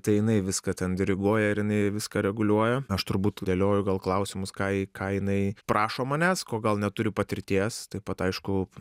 tai jinai viską ten diriguoja ir jinai viską reguliuoja aš turbūt dėlioju gal klausimus ką ji ką jinai prašo manęs ko gal neturi patirties taip pat aišku